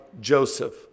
Joseph